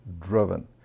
driven